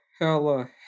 hella